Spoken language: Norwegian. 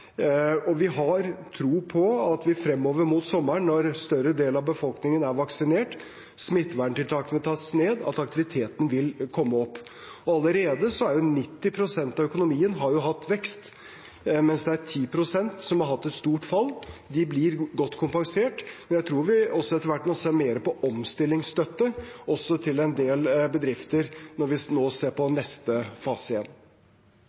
Og vi har tro på at fremover mot sommeren, når en større del av befolkningen er vaksinert og smitteverntiltakene tas ned, vil aktiviteten komme opp. Allerede har 90 pst. hatt vekst, mens det er 10 pst. som har hatt et stort fall. De blir godt kompensert, men jeg tror vi etter hvert, når vi ser på neste fase igjen, må se mer på omstillingsstøtte til en del bedrifter.